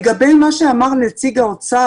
לגבי דברי אביעד נציג האוצר